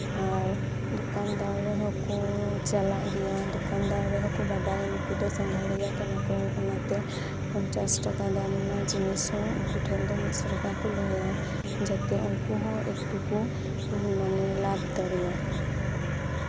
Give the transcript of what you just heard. ᱟᱨ ᱫᱚᱠᱟᱱᱫᱟᱨ ᱦᱚᱸᱠᱚ ᱪᱟᱞᱟᱜ ᱜᱮᱭᱟ ᱫᱚᱠᱟᱱᱫᱟᱨ ᱦᱚᱸᱠᱚ ᱵᱟᱰᱟᱭᱟ ᱱᱩᱠᱩ ᱫᱚ ᱥᱟᱸᱜᱷᱟᱨᱤᱭᱟᱹ ᱠᱟᱱᱟ ᱠᱚ ᱚᱱᱟᱛᱮ ᱯᱚᱧᱪᱟᱥ ᱴᱟᱠᱟ ᱫᱟᱢ ᱨᱮᱭᱟᱜ ᱡᱤᱱᱤᱥ ᱦᱚᱸ ᱩᱱᱠᱩ ᱴᱷᱮᱱ ᱫᱚ ᱢᱤᱫᱥᱚ ᱴᱟᱠᱟ ᱠᱚ ᱞᱟᱹᱭᱟ ᱡᱟᱛᱮ ᱩᱱᱠᱩ ᱦᱚᱸ ᱢᱟᱱᱮ ᱞᱟᱵᱷ ᱫᱟᱲᱮᱭᱟᱜ